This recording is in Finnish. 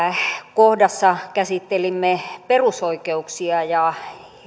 kohdassa käsittelimme perusoikeuksia ja